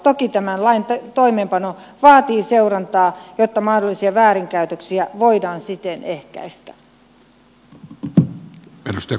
toki tämän lain toimeenpano vaatii seurantaa jotta mahdollisia väärinkäytöksiä voidaan siten ehkäistä